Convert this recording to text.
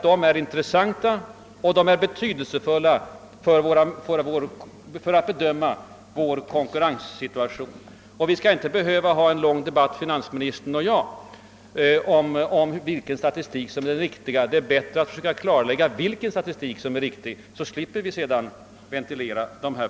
De är intressanta och betydelsefulla för bedömningen av vår konkurrenssituation. Finansministern och jag skall inte behöva ha en lång debatt om vilken statistik som är den riktiga; det är bättre att man tar reda på den saken, så slipper vi här ventilera den.